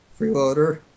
freeloader